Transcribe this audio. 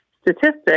statistics